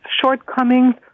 shortcomings